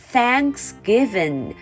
Thanksgiving